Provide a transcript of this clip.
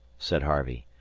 said harvey.